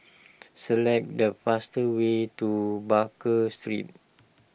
select the fastest way to Baker Street